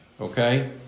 Okay